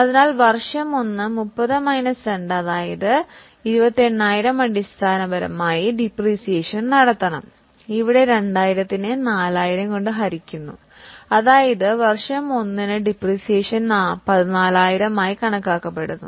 അതിനാൽ വർഷം 1 30 മൈനസ് 2 അതായത് 28000 അടിസ്ഥാനപരമായി ഡിപ്രീസിയേഷൻ നടത്തേണ്ടതാണ് ഇവിടെ 2000 നെ 4000 കൊണ്ട് ഹരിക്കുന്നു അതായത് വർഷം 1 ന് മൂല്യത്തകർച്ച 14000 ആയി കണക്കാക്കപ്പെടുന്നു